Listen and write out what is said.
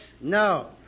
No